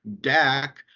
Dak